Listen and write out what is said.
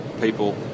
people